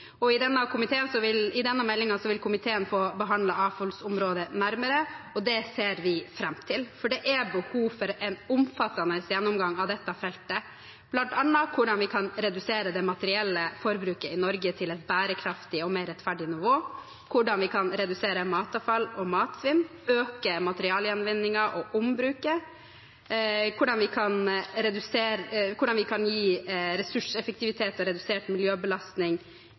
denne meldingen vil komiteen få behandlet avfallsområdet nærmere, og det ser vi fram til. Det er behov for en omfattende gjennomgang av dette feltet, bl.a. hvordan vi kan redusere det materielle forbruket i Norge til et bærekraftig og mer rettferdig nivå, hvordan vi kan redusere matavfall og matsvinn, øke materialgjenvinningen og ombruket, hvordan vi kan gi ressurseffektivitet og redusert miljøbelastning i samfunnet i tillegg til å fremme økonomisk vekst og sysselsetting, hvordan vi kan